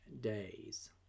days